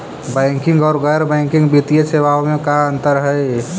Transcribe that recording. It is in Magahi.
बैंकिंग और गैर बैंकिंग वित्तीय सेवाओं में का अंतर हइ?